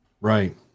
Right